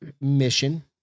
mission